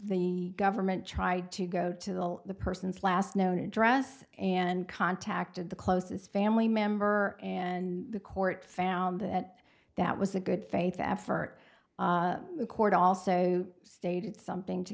the government tried to go to the will the person's last known address and contacted the closest family member and the court found that that was a good faith effort the court also stated something to